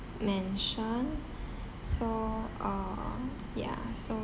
mentioned so uh yeah so